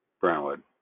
Brownwood